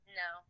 no